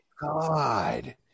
God